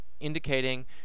indicating